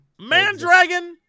Mandragon